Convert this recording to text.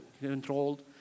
controlled